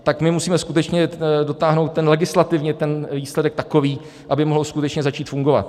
Tak my musíme skutečně dotáhnout legislativně ten výsledek takový, aby mohl skutečně začít fungovat.